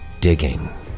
digging